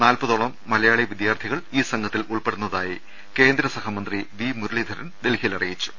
നാല്പതോളം മലയാളി വിദ്യാർത്ഥികൾ ഈ സംഘത്തിൽ ഉൾപ്പെടുന്നതായി കേന്ദ്ര സഹമന്ത്രി വി മുരളീധരൻ ഡൽഹിയിൽ അറിയിച്ചു